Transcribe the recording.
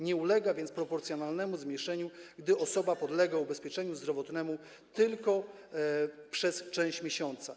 Nie ulega wiec proporcjonalnemu zmniejszeniu, gdy osoba podlega ubezpieczeniu zdrowotnemu tylko przez część miesiąca.